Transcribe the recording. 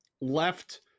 left